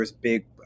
big